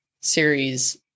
series